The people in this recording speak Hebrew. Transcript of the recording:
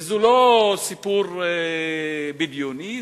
וזה לא סיפור בדיוני,